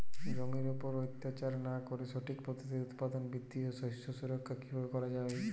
জমির উপর অত্যাচার না করে সঠিক পদ্ধতিতে উৎপাদন বৃদ্ধি ও শস্য সুরক্ষা কীভাবে করা যাবে?